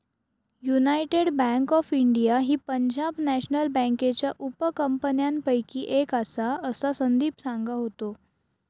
United Bank of India ही Punjab national बँकेच्या उपकंपन्यांपैकी एक आसा, असा संदीप सांगा होतो